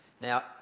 Now